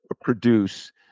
produce